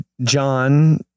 John